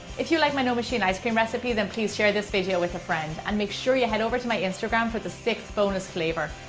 if you like my no machine ice cream recipe, then please share this video with a friend. and make sure you head over to my instagram for the sixth bonus flavor!